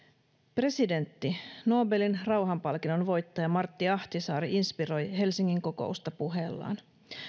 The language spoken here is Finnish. presidentti nobelin rauhanpalkinnon voittaja martti ahtisaari inspiroi helsingin kokousta puheellaan